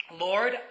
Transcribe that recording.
Lord